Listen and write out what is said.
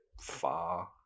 far